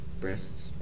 breasts